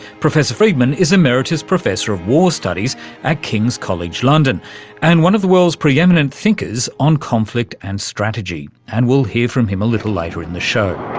professor freedman is emeritus professor of war studies at king's college london and one of the world's preeminent thinkers on conflict and strategy, and we'll hear from him a little later in the show.